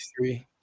three